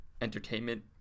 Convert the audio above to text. entertainment